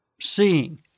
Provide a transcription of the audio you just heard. seeing